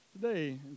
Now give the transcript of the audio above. today